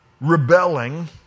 rebelling